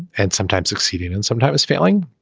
and sometimes succeeding and sometimes failing.